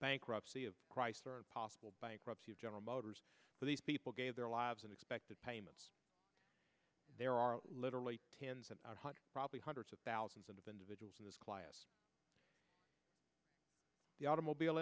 bankruptcy of chrysler and possible bankruptcy of general motors for these people gave their lives and expected payments there are literally tens and hundreds probably hundreds of thousands of individuals in this class the automobile